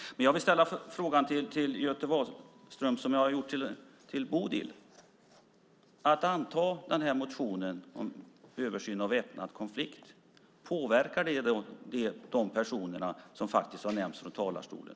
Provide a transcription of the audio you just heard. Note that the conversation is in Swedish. Jag vill ställa samma fråga till Göte Wahlström som till Bodil. Att anta den här motionen om översyn av väpnad konflikt påverkar det de personer som har nämnts från talarstolen?